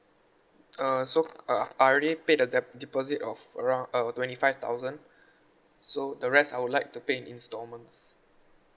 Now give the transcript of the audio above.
uh so uh I already paid the dep~ deposit of around uh twenty five thousand so the rest I would like to pay in instalments